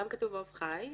שם כתוב "עוף חי",